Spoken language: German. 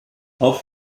auch